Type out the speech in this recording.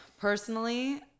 Personally